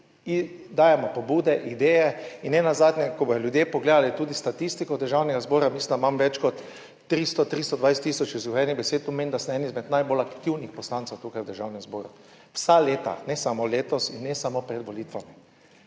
dajemo pobude, ideje in ne nazadnje, ko bodo ljudje pogledali tudi statistiko Državnega zbora, mislim, da imam več kot 300, 320 tisoč izgovorjenih besed, to pomeni, da sem eden izmed najbolj aktivnih poslancev tukaj v Državnem zboru vsa leta, ne samo letos in ne samo pred volitvami.